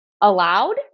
allowed